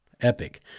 epic